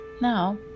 Now